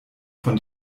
von